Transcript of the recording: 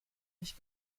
nicht